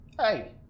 Hey